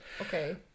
Okay